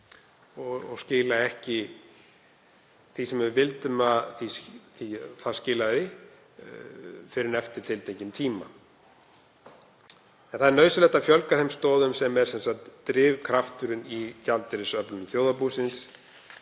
og skila ekki því sem við viljum að þau skili fyrr en eftir tiltekinn tíma. En það er nauðsynlegt að fjölga þeim stoðum sem eru drifkrafturinn í gjaldeyrisöflun þjóðarbúsins